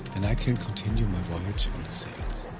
and i can continue my voyage sails.